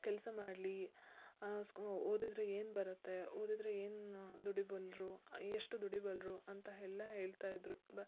ಕೆಲಸ ಮಾಡಲಿ ಸ್ಕೂ ಓದಿದರೆ ಏನು ಬರುತ್ತೆ ಓದಿದರೆ ಏನು ದುಡಿಬಲ್ಲರು ಎಷ್ಟು ದುಡಿಬಲ್ಲರು ಅಂತ ಎಲ್ಲ ಹೇಳ್ತಾ ಇದ್ದರು ಬ